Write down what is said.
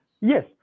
Yes